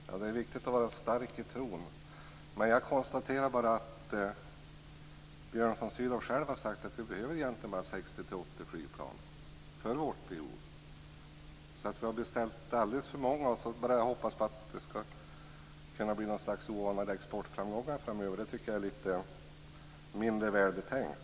Fru talman! Ja, det är viktigt att vara stark i tron. Jag konstaterar bara att Björn von Sydow själv har sagt att vi egentligen behöver bara 60-80 flygplan för vårt behov. Vi har alltså beställt alldeles för många. Att bara hoppas på att det skall kunna bli några oanade exportframgångar framöver tycker jag är mindre väl betänkt.